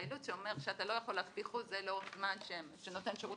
את היעילות שאומר שאתה לא יכול להקפיא חוזה לאורך זמן שנותן שרות